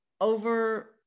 over